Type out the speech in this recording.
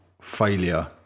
failure